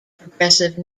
progressive